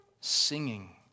singing